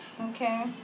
Okay